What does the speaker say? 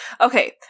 okay